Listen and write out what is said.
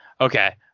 Okay